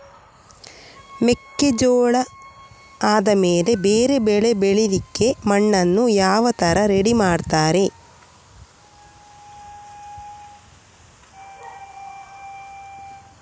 ಮೆಕ್ಕೆಜೋಳ ಆದಮೇಲೆ ಬೇರೆ ಬೆಳೆ ಬೆಳಿಲಿಕ್ಕೆ ಮಣ್ಣನ್ನು ಯಾವ ತರ ರೆಡಿ ಮಾಡ್ತಾರೆ?